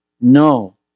No